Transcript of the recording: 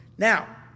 Now